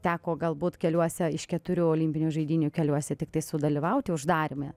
teko galbūt keliuose iš keturių olimpinių žaidynių keliuosi tiktai sudalyvauti uždaryme